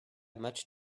much